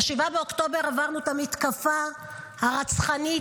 ב-7 באוקטובר עברנו את המתקפה הרצחנית